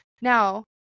Now